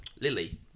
Lily